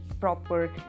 proper